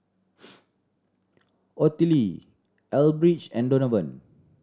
Ottilie Elbridge and Donovan